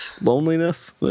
Loneliness